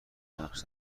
نقش